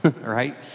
right